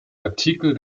artikel